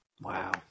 Wow